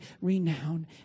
renown